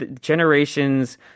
generations